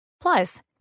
Plus